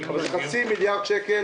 זה חצי מיליארד שקל